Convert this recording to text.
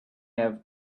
have